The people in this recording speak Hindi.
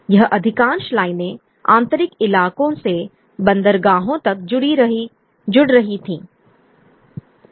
यह अधिकांश लाइनें आंतरिक इलाकों से बंदरगाहों तक जुड़ रही थीं